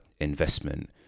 investment